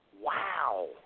Wow